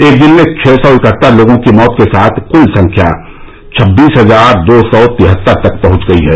एक दिन में छः सौ इकहत्तर लोगों की मौत के साथ कुल संख्या छब्बीस हजार दो सौ तिहत्तर तक पहुंच गई है